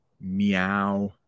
meow